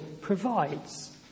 provides